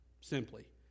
simply